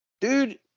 dude